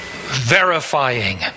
verifying